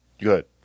Good